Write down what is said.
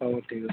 ହଉ ଠିକ୍ ଅଛି